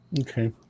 Okay